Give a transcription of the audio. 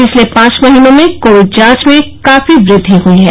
पिछले पांच महीनों में कोविड जांच में काफी वृद्धि हुई है